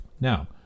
Now